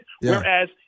whereas